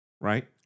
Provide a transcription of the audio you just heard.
right